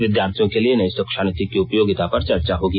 विद्यार्थियों के लिए नई शिक्षा नीति की उपयोगिता पर चर्चा होगी